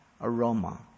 aroma